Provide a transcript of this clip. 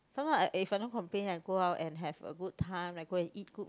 someone I if I don't complain I go out and have a good time like go and eat good food